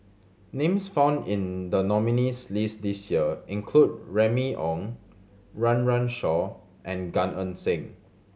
names found in the nominees' list this year include Remy Ong Run Run Shaw and Gan Eng Seng